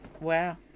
wow